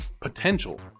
potential